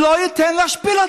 לא נעים לה לשמוע, מה לעשות?